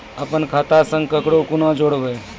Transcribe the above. अपन खाता संग ककरो कूना जोडवै?